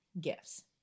gifts